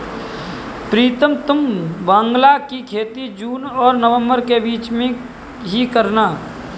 प्रीतम तुम बांग्ला की खेती जून और नवंबर के बीच में ही करना